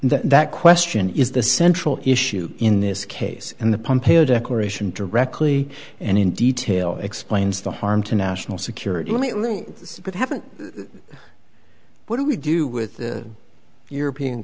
that question is the central issue in this case and the pump a declaration directly and in detail explains the harm to national security lately but haven't what do we do with the european